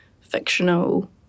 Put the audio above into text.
fictional